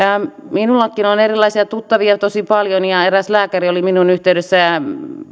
minullakin on erilaisia tuttavia tosi paljon ja eräs lääkäri oli minuun yhteydessä